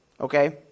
Okay